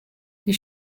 die